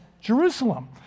Jerusalem